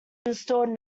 installed